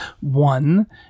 One